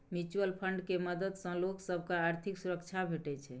mutual fund केर मदद सँ लोक सब केँ आर्थिक सुरक्षा भेटै छै